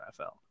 NFL